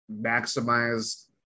maximize